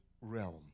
realm